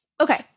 Okay